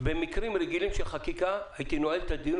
במקרים רגילים של חקיקה הייתי נועל את הדיון